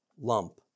lump